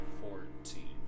Fourteen